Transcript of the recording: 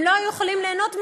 הם לא היו יכולים ליהנות מזה,